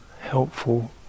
helpful